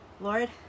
Lord